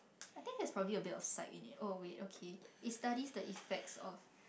I think that's probably a bit of in it oh wait okay it studies the effect of